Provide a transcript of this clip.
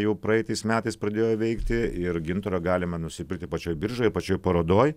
jau praeitais metais pradėjo veikti ir gintaro galima nusipirkti pačioje biržoje pačioj parodoj